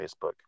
facebook